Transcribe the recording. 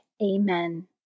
Amen